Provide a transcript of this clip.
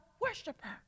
worshiper